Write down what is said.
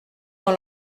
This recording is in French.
dans